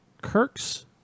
Kirk's